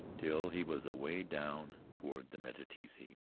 till he was away down toward the meteetsee.